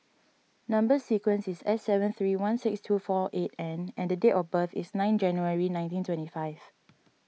Number Sequence is S seven three one six two four eight N and date of birth is nine January nineteen twenty five